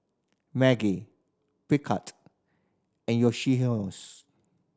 Maggi Picard and